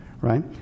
Right